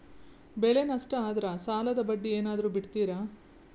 ಬೆಳೆ ನಷ್ಟ ಆದ್ರ ಸಾಲದ ಬಡ್ಡಿ ಏನಾದ್ರು ಬಿಡ್ತಿರಾ?